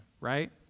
right